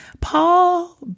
Paul